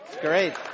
great